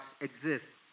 exist